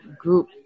group